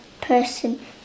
person